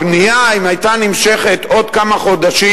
אם הבנייה היתה נמשכת עוד כמה חודשים